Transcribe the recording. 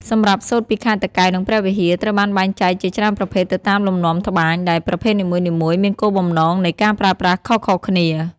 សម្រាប់សូត្រពីខេត្តតាកែវ និងព្រះវិហារ ត្រូវបានបែងចែកជាច្រើនប្រភេទទៅតាមលំនាំត្បាញ ដែលប្រភេទនីមួយៗមានគោលបំណងនៃការប្រើប្រាស់ខុសៗគ្នា។